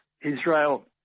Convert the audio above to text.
Israel